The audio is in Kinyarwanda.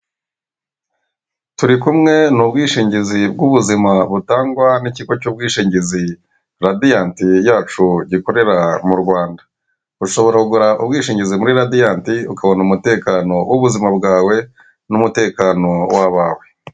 Turi kumwe ni ubwishingizi bw'ubuzima butangwa n'ikigo cy'ubwishingizi rabiyanti yacu gikorera mu Rwanda, ushobora kugura ubwishingizi muri radiyanti ukabona umutekano w'ubuzima bwawe n'umutekano wa abawe.